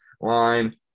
line